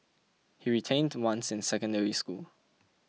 he retained once in Secondary School